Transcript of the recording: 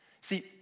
See